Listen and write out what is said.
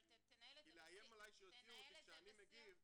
אבל תנהל את זה --- כי לאיים עליי שיוציאו אותי כשאני מגיב,